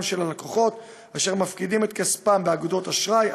של הלקוחות אשר מפקידים את כספם באגודות אשראי,